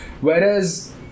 Whereas